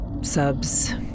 Subs